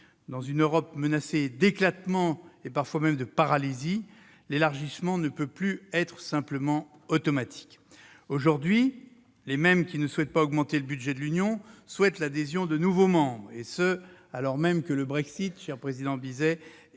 Dans une Europe menacée d'éclatement voire de paralysie, l'élargissement ne peut plus être automatique. Aujourd'hui, les mêmes qui ne souhaitent pas augmenter le budget de l'Union souhaitent l'adhésion de nouveaux membres, et ce alors même que le Brexit, cher président Bizet,